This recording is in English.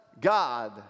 God